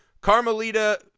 Carmelita